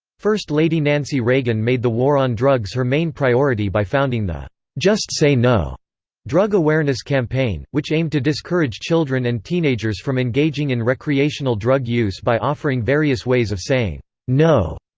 first lady nancy reagan made the war on drugs her main priority by founding the just say no drug awareness campaign, which aimed to discourage children and teenagers from engaging in recreational drug use by offering various ways of saying no.